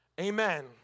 Amen